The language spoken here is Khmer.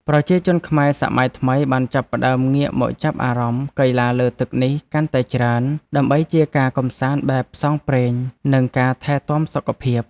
ប្រជាជនខ្មែរសម័យថ្មីបានចាប់ផ្តើមងាកមកចាប់អារម្មណ៍កីឡាលើទឹកនេះកាន់តែច្រើន ដើម្បីជាការកម្សាន្តបែបផ្សងព្រេង និងការថែទាំសុខភាព។